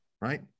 right